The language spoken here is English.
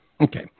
Okay